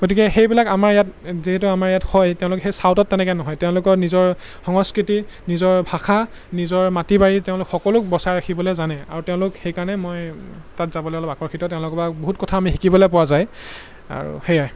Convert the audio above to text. গতিকে সেইবিলাক আমাৰ ইয়াত যিহেতু আমাৰ ইয়াত হয় তেওঁলোক সেই চাউথত তেনেকৈ নহয় তেওঁলোকৰ নিজৰ সংস্কৃতি নিজৰ ভাষা নিজৰ মাটি বাৰী তেওঁলোক সকলোক বচাই ৰাখিবলে জানে আৰু তেওঁলোক সেইকাৰণে মই তাত যাবলৈ অলপ আকৰ্ষিত তেওঁলোকৰপৰা বহুত কথা আমি শিকিবলৈ পোৱা যায় আৰু সেয়াই